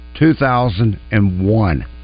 2001